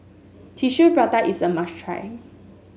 Tissue Prata is a must try